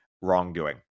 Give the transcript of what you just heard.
wrongdoing